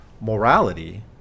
morality